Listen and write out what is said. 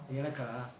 எனக்கா:enakkaa